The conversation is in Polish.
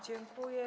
Dziękuję.